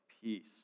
Peace